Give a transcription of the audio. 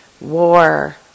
war